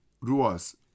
Ruas